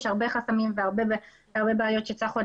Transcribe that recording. יש הרבה חסמים והרבה בעיות שצריך עוד